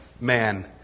man